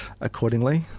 accordingly